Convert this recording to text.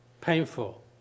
painful